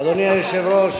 אדוני היושב-ראש,